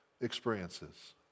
experiences